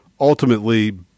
ultimately